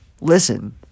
listen